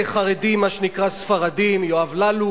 אני אומר לך,